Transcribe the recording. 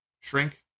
Shrink